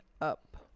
up